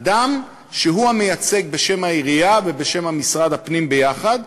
אדם שמייצג, בשם העירייה ובשם משרד הפנים יחד,